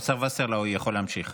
השר וסרלאוף יכול להמשיך.